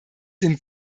dem